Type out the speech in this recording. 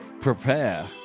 prepare